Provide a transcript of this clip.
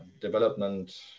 development